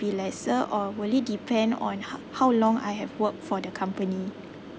be lesser or will it depend on how how long I have work for the company